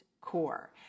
core